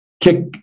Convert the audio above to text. kick